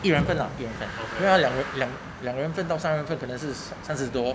依然分 lah 依然分依然两两人分到三人分可能是三十多